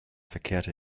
verkehrte